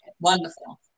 Wonderful